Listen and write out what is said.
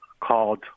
called